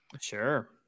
sure